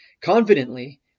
Confidently